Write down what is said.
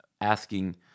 asking